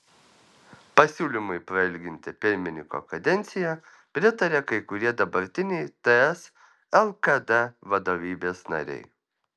pasiūlymui prailginti pirmininko kadenciją pritaria kai kurie dabartiniai ts lkd vadovybės nariai